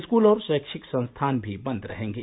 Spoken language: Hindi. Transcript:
स्कूल और शैक्षिक संस्थान भी बंद रहेगे